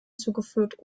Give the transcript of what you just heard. zugeführt